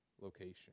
location